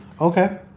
Okay